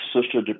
Sister